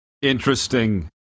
Interesting